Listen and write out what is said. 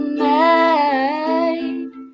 made